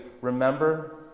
remember